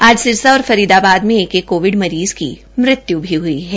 आज सिरसा और फरीदाबाद में एक एक कोविड मरीज़ की मृत्यु भी ह्ई है